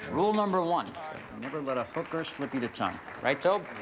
rule number one never let a hooker slip you the tongue, right tob?